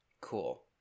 Cool